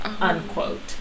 unquote